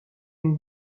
une